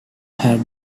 had